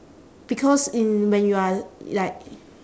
because in when you are like